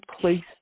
place